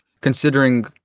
considering